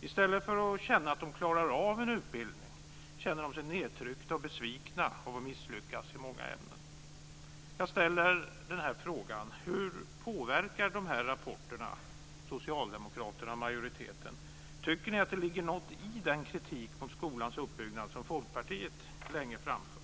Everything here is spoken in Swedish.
I stället för att känna att de klarar av en utbildning känner de sig nedtryckta och besvikna av att misslyckas i många ämnen. Jag ska ställa några frågor. Hur påverkar de här rapporterna socialdemokraterna och majoriteten? Tycker ni att det ligger något i den kritik mot skolans uppbyggnad som Folkpartiet länge framfört?